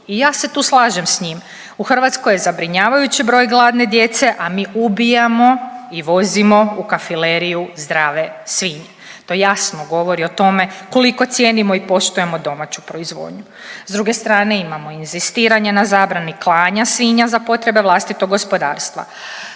I ja se tu slažem s njim. U Hrvatskoj je zabrinjavajući broj gladne djece, a mi ubijamo i vozimo u kafileriju zdrave svinje. To jasno govori o tome koliko cijenimo i poštujemo domaću proizvodnju. S druge strane imamo inzistiranje na zabrani klanja svinja za potrebe vlastitog gospodarstva.